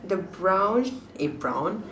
the brown eh brown